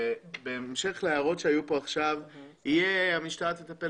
בהמשך להערות שהיו פה שהמשטרה תטפל